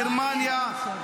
גרמניה,